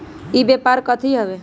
ई व्यापार कथी हव?